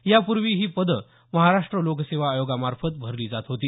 यापूर्वी ही पदे महाराष्ट्र लोकसेवा आयोगामार्फत भरली जात होती